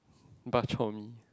bak-chor-mee